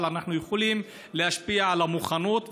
אבל אנחנו יכולים להשפיע על המוכנות,